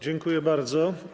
Dziękuję bardzo.